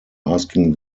asking